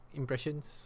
impressions